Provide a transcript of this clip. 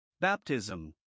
Baptism